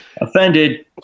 Offended